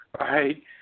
right